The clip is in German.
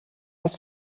das